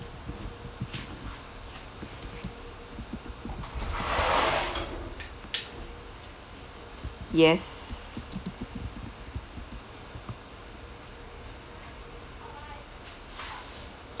yes